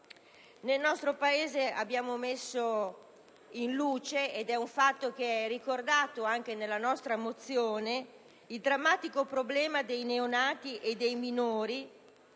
Nel nostro Paese abbiamo messo in luce - come ricordato anche nella nostra mozione - il drammatico problema dei neonati e dei minori,